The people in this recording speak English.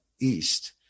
east